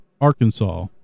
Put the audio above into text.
Arkansas